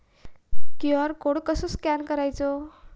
QR code कसो scan करायचो?